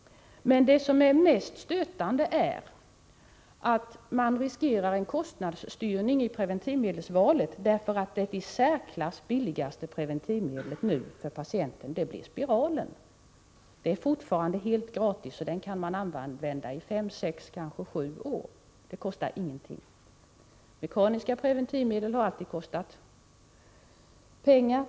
Det mest stötande är emellertid att man riskerar en kostnadsstyrning av preventivmedelsvalet. Det i särklass billigaste preventivmedlet för patienten blir spiralen. Den är fortfarande helt gratis, och den kan man använda 5-7 år. Den kostar ingenting. Mekaniska preventivmedel har alltid kostat pengar.